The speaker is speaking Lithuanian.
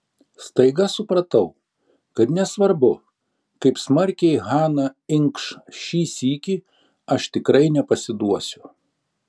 staiga supratau kad nesvarbu kaip smarkiai hana inkš šį sykį aš tikrai nepasiduosiu